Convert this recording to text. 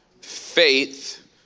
Faith